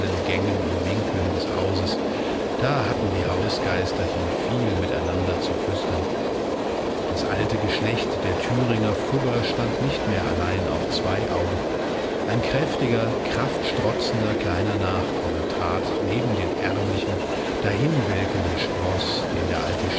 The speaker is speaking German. gängen und winkeln des hauses da hatten die hausgeisterchen viel miteinander zu flüstern das alte geschlecht der thüringer fugger stand nicht mehr allein auf zwei augen ein kräftiger kraftstrotzender kleiner nachkomme trat neben den ärmlichen dahinwelkenden sproß den der alte